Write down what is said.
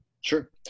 Sure